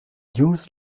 news